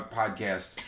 podcast